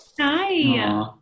Hi